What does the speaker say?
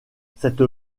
cette